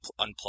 unplug